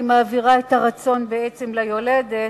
והיא מעבירה את הרצון ליולדת,